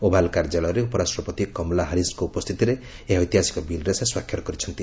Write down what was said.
Oval କାର୍ଯ୍ୟାଳୟରେ ଉପରାଷ୍ଟ୍ରପତି କମଳା ହାରିଶ୍ଙ୍କ ଉପସ୍ଥିତିରେ ଏହି ଐତିହାସିକ ବିଲ୍ରେ ସେ ସ୍ୱାକ୍ଷର କରିଛନ୍ତି